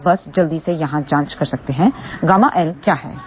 आप बस जल्दी से यहाँ जाँच कर सकते हैं ƬL क्या है